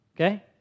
okay